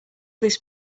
this